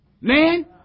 Man